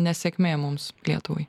nesėkmė mums lietuvai